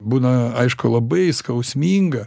būna aišku labai skausminga